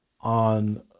on